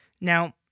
now